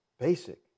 basic